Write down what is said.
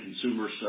consumers